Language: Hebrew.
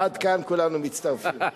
עד כאן כולנו מצטרפים.